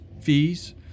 fees